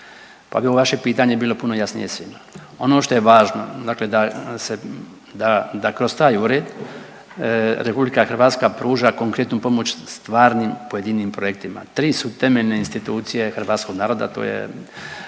pa bi ovo vaše pitanje bilo puno jasnije svima. Ono što je važno da kroz taj ured RH pruža konkretnu pomoć stvarnim pojedinim projektima. Tri su temeljne institucije hrvatskog naroda, to je